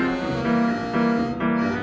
ah